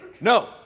No